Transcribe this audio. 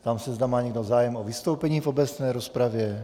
Ptám se, zda má někdo zájem o vystoupení v obecné rozpravě.